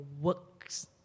Works